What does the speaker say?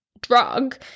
drug